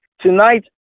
tonight